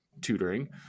tutoring